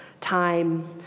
time